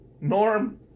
Norm